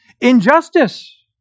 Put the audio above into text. injustice